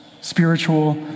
spiritual